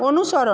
অনুসরণ